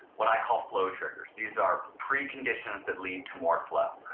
what i call flow triggers. these are preconditions that lead to more flow.